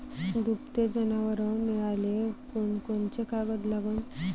दुभते जनावरं मिळाले कोनकोनचे कागद लागन?